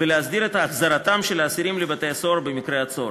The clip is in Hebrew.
ולהסדיר את החזרתם של האסירים לבתי-הסוהר במקרה הצורך.